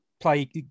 play